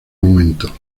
momento